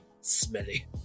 smelly